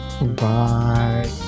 Bye